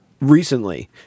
recently